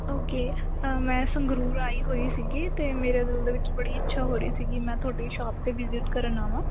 okay ਮੈਂ ਸੰਗਰੂਰ ਆਈ ਹੋਈ ਸੀਗੀ ਅਤੇ ਮੇਰੇ ਦਿਲ ਦੇ ਵਿੱਚ ਬੜੀ ਇੱਛਾ ਹੋ ਰਹੀ ਸੀਗੀ ਮੈਂ ਤੁਹਾਡੀ ਸ਼ੋਪ 'ਤੇ ਵਿਜਿਟ ਕਰਨ ਆਵਾਂ